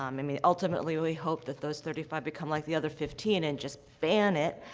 um i mean, ultimately, we hope that those thirty five become like the other fifteen and just ban it,